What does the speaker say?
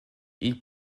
ils